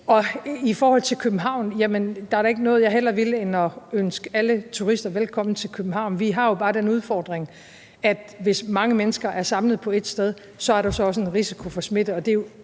I forhold til København vil jeg sige, at der da ikke er noget, jeg hellere ville end at ønske alle turister velkommen til København. Vi har bare den udfordring, at hvis mange mennesker er samlet på ét sted, er der også en risiko for smitte, og det er jo